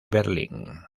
berlín